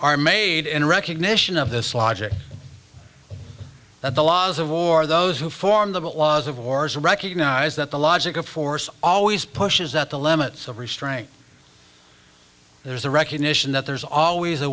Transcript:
are made in recognition of this logic that the laws of war those who form the laws of wars recognize that the logic of force always pushes out the limits of restraint there's a recognition that there's always a